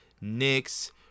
Knicks